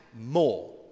more